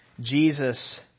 Jesus